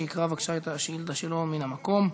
שיקרא בבקשה את השאילתה שלו מן המקום.